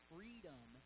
Freedom